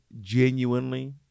genuinely